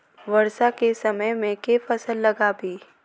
वर्षा केँ समय मे केँ फसल लगाबी?